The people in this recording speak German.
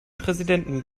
präsidenten